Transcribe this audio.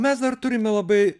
mes dar turime labai